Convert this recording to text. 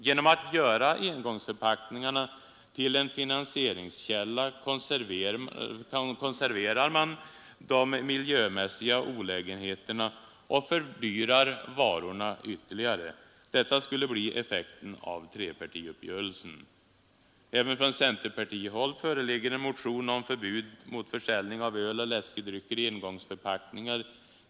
Genom att göra engångsförpackningarna till en finansieringskälla konserverar man de miljömässiga olägenheterna och fördyrar varorna ytterligare. Detta blir effekten av trepartiuppgörelsen. Även från centerpartihåll föreligger en motion om förbud mot försäljning av öl och läskedrycker i engångsförpackninar.